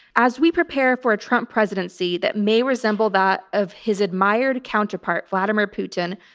as we prepare for a trump presidency that may resemble that of his admired counterpart vladimir putin,